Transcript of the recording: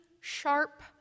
sharp